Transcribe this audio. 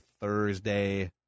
Thursday